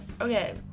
Okay